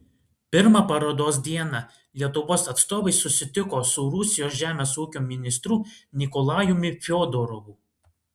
pirmą parodos dieną lietuvos atstovai susitiko su rusijos žemės ūkio ministru nikolajumi fiodorovu